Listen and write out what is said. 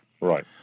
right